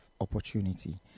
opportunity